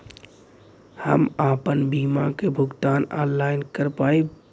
हम आपन बीमा क भुगतान ऑनलाइन कर पाईब?